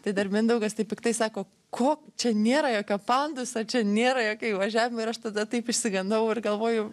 tai dar mindaugas taip piktai sako ko čia nėra jokio panduso čia nėra jokio įvažiavimo ir aš tada taip išsigandau ir galvojau